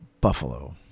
buffalo